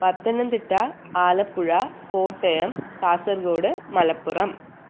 Pathanamthitta Alappuzha Kottayam Kasaragod Malappuram